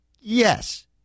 Yes